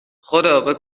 خدابه